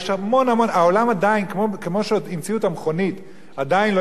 כמו שכשהמציאו את המכונית ועדיין לא